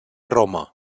roma